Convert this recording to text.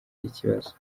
ikibazo